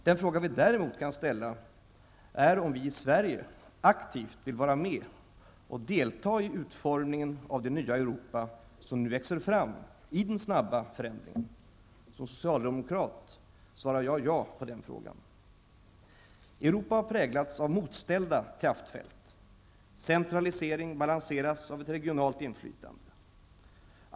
Den fråga vi däremot kan ställa är om vi i Sverige aktivt vill vara med och delta i utformningen av det nya Europa som nu växer fram i den snabba förändringen. Som socialdemokrat svarar jag ja på den frågan. Europa har präglats av motställda kraftfält. Centralisering balanseras av ett regionalt inflytande.